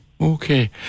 okay